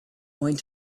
going